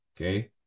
Okay